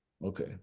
Okay